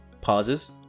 pauses